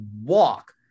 walk